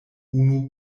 unu